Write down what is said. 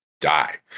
die